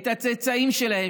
את הצאצאים שלהם,